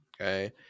Okay